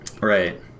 Right